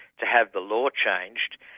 to have the law changed,